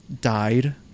died